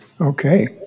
Okay